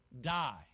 die